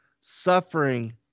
suffering